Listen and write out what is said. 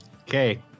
okay